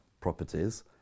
properties